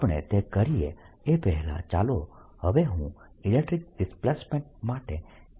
આપણે તે કરીએ એ પહેલાં ચાલો હવે હું ઇલેક્ટ્રીક ડિસ્પ્લેસમેન્ટ માટે કેટલીક ગણતરીઓ કરું